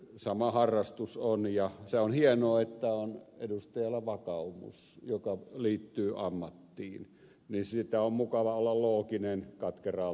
sama harrastus on ja se on hienoa että on edustajalla vakaumus joka liittyy ammattiin niin että sitä on mukava olla looginen katkeraan loppuun saakka